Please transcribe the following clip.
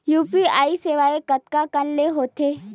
UPI सेवाएं कतका कान ले हो थे?